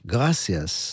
Gracias